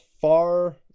far